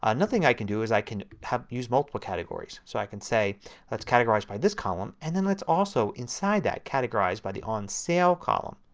another thing i can do is i can use multiple categories. so i can say let's categorize by this column and then let's also, inside that, categorize by the on sale column.